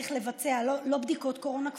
סליחה, לא בדיקות קורונה כפולות,